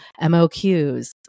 MOQs